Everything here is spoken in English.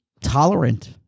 tolerant